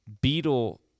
beetle